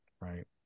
right